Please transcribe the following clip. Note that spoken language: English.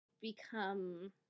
become